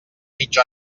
mitja